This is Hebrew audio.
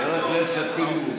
חבר הכנסת פינדרוס.